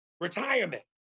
retirement